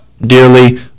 dearly